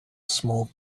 small